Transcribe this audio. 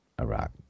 iraq